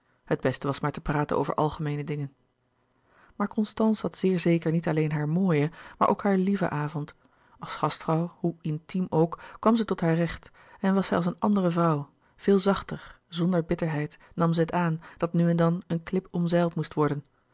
het beste was maar te praten over algemeene dingen maar constance had zeer zeker niet alleen haar mooien maar ook haar lieven avond als gastvrouw hoe intiem ook kwam zij tot haar recht en was zij als een andere vrouw veel zachter zonder bitterheid nam zij het aan dat nu en dan een klip omzeild moest worden